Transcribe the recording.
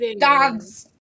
dogs